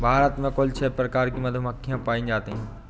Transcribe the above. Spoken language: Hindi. भारत में कुल छः प्रकार की मधुमक्खियां पायी जातीं है